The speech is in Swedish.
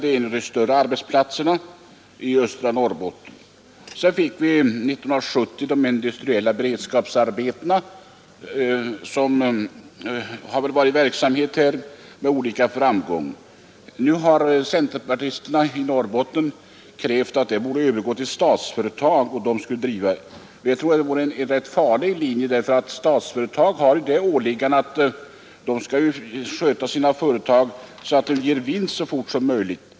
Det är en av de större arbetsplatserna i östra Norrbotten. År 1970 fick vi de industriella beredskapsarbetena som har varit i verksamhet med olika framgång. Nu har centerpartisterna i Norrbotten krävt att Statsföretag skulle driva dem. Det tror jag vore en rätt farlig linje. Statsföretag har ju åliggandet att sköta sina företag så att de ger vinst så fort som möjligt.